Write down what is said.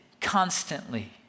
constantly